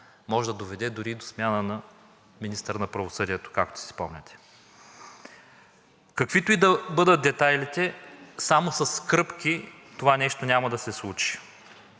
може да доведе дори и до смяна на министъра на правосъдието, както си спомняте. Каквито и да бъдат детайлите, само с кръпки това нещо няма да се случи